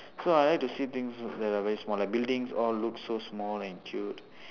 so I like to see things that are very small like buildings all look so small and cute